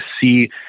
see